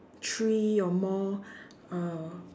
three or more uh